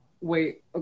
Wait